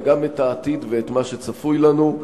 אלא גם את העתיד ואת מה שצפוי לנו.